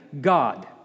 God